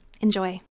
Enjoy